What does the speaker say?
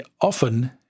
often